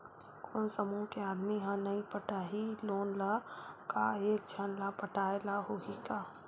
कोन समूह के आदमी हा नई पटाही लोन ला का एक झन ला पटाय ला होही का?